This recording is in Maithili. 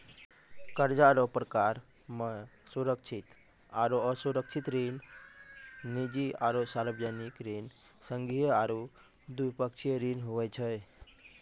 कर्जा रो परकार मे सुरक्षित आरो असुरक्षित ऋण, निजी आरो सार्बजनिक ऋण, संघीय आरू द्विपक्षीय ऋण हुवै छै